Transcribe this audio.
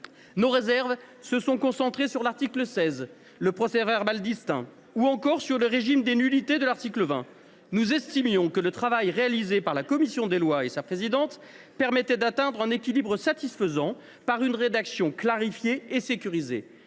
Nos réserves se sont concentrées sur l’article 16, relatif au procès verbal distinct, ou encore sur le régime des nullités de l’article 20. Nous estimions que le travail réalisé par la commission des lois et sa présidente permettait d’atteindre un équilibre satisfaisant, par une rédaction clarifiée et sécurisée.